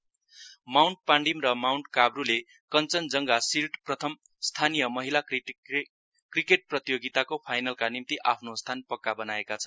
cricket mount Pandim र mount काब्रुले Kanchenjunga shield प्रथम स्थानीय महिला क्रिकेट प्रतियोगिताको फाइनलका निम्ति आफ्नो स्थान पक्का बनाएका छन्